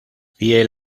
fiel